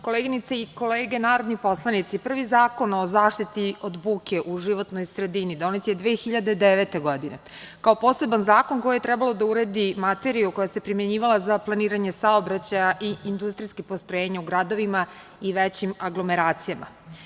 Koleginice i kolege narodni poslanici, prvi Zakon o zaštiti od buke u životnoj sredini donet je 2009. godine, kao poseban zakon koji je trebao da uredi materiju koja se primenjivala za planiranje saobraćaja i industrijskih postrojenja u gradovima i većim aglomeracijama.